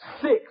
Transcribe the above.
Six